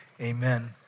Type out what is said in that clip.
Amen